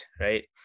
Right